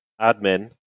admin